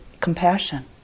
compassion